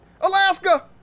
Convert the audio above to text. Alaska